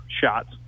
shots